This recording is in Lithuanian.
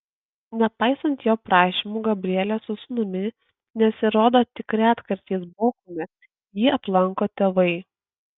nepaisant jo prašymų gabrielė su sūnumi nesirodo tik retkarčiais bochume jį aplanko tėvai